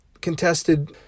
contested